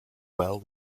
well